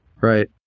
Right